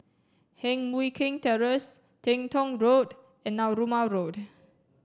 Heng Mui Keng Terrace Teng Tong Road and Narooma Road